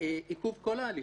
עיכוב כל ההליכים,